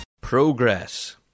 Progress